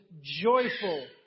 joyful